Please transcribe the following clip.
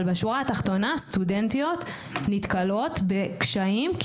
אבל בשורה התחתונה סטודנטיות נתקלות בקשיים.